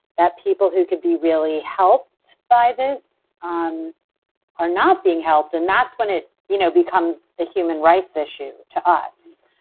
that people who could be really helped by this um are not being helped and that's when it you know becomes a human rights issue to us,